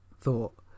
thought